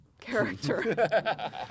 character